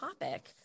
topic